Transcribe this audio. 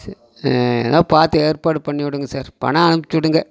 எதாவது பார்த்து ஏற்பாடு பண்ணி விடுங்க சார் பணம் அனுப்பிச்சுடுங்க